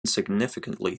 significantly